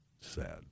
Sad